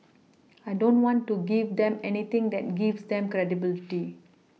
I don't want to give them anything that gives them credibility